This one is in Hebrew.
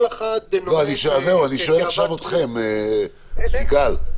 כל אחת --- אני שואל עכשיו אתכם, סיגל.